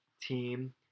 team